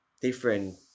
different